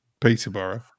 Peterborough